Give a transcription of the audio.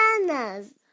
bananas